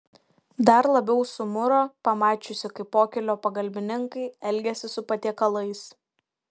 dar labiau sumuro pamačiusi kaip pokylio pagalbininkai elgiasi su patiekalais